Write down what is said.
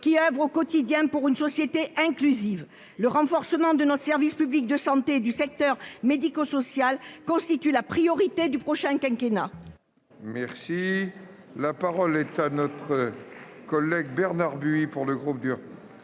qui oeuvrent au quotidien pour une société inclusive. Le renforcement de notre service public de la santé et du secteur médico-social doit constituer la priorité du prochain quinquennat.